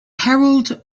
harold